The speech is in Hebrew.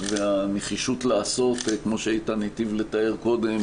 והנחישות לעשות כמו שאיתן היטיב לתאר קודם,